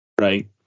Right